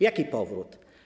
Jaki powrót?